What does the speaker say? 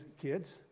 kids